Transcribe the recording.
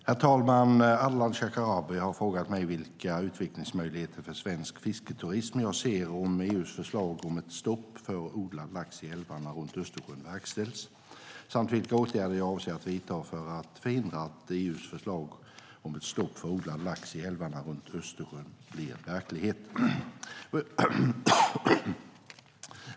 Herr talman! Ardalan Shekarabi har frågat mig vilka utvecklingsmöjligheter för svensk fisketurism jag ser ifall EU:s förslag om ett stopp för odlad lax i älvarna runt Östersjön verkställs samt vilka åtgärder jag avser att vidta för att förhindra att EU:s förslag om ett stopp för odlad lax i älvarna runt Östersjön blir verklighet.